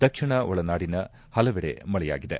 ದಕ್ಷಿಣ ಒಳನಾಡಿ ಪಲವೆಡೆ ಮಳೆಯಾಗಿದೆ